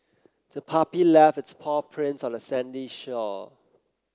the puppy left its paw prints on the sandy shore